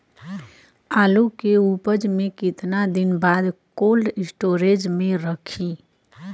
आलू के उपज के कितना दिन बाद कोल्ड स्टोरेज मे रखी?